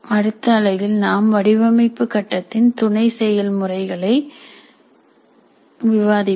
அடுத்து அலகில் நாம் வடிவமைப்பு கட்டத்தின் துணை செயல்முறைகளை விவாதிப்போம்